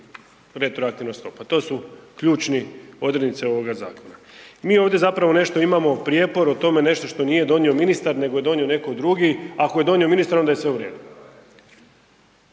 retroaktivna … to su ključne odrednice ovoga zakona. Mi ovdje zapravo nešto imamo prijepor o tome nešto što nije donio ministar nego je donio neki drugi, a ako je donio ministar onda je sve u redu.